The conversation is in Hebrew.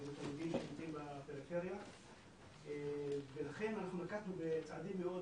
ולתלמידים שנמצאים בפריפריה ולכן אנחנו נקטנו בצעדים מאוד